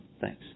Thanks